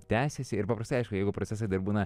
tęsiasi ir paprastai aišku jeigu procesai dar būna